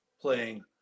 playing